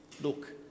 Look